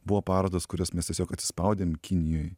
buvo parodos kurias mes tiesiog atsispaudėm kinijoj